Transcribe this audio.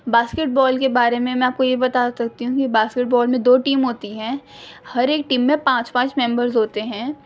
basket بال کے بارے میں میں آپ کو یہ بتا سکتی ہوں کہ باسکٹ بال میں دو ٹیم ہوتی ہیں ہر ایک ٹیم میں پانچ پانچ ممبرز ہوتے ہیں